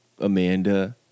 Amanda